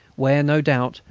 where, no doubt,